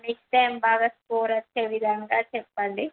next time బాగా score వచ్చే విధంగా చెప్పండి